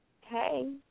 Hey